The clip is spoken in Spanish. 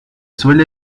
suele